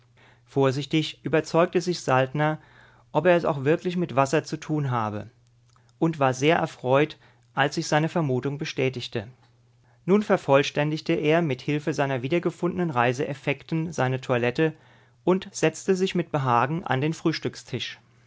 vorsichtig überzeugte sich saltner ob er es auch wirklich mit wasser zu tun habe und war sehr erfreut als sich seine vermutung bestätigte nun vervollständigte er mit hilfe seiner wiedergefundenen reiseeffekten seine toilette und setzte sich mit behagen an den